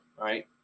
right